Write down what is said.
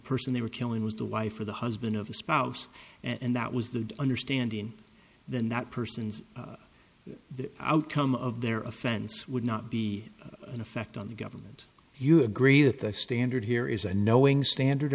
person they were killing was the wife or the husband of a spouse and that was the understanding then that person's the outcome of their offense would not be in effect on the government you agree that the standard here is a knowing standard